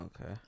Okay